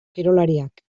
kirolariak